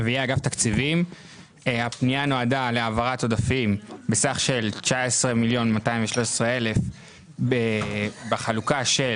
הפייה נועדה להעברת עודפים בסך של 19 מיליון ו-213,000 בחלוקה של